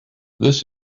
this